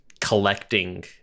collecting